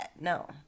No